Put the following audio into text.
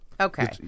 okay